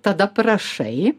tada prašai